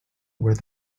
where